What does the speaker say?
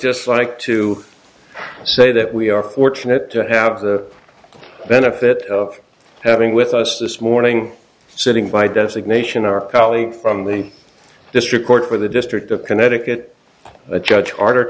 just like to say that we are fortunate to have the benefit of having with us this morning sitting by designation our colleague from the district court for the district of connecticut a judge arter